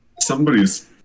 Somebody's